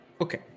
Okay